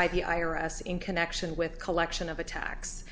by the i r s in connection with collection of a tax